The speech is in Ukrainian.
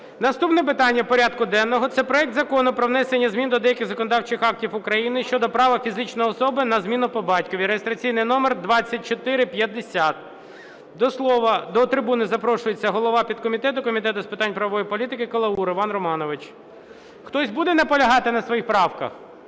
Наступне питання порядку денного – це проект Закону про внесення змін до деяких законодавчих актів України щодо права фізичної особи на зміну по батькові (реєстраційний номер 2450). До слова, до трибуни запрошується голова підкомітету Комітету з питань правової політики Калаур Іван Романович. Хтось буде наполягати на своїх правках?